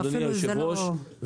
אדוני היושב-ראש,